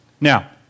Now